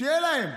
שיהיה להם.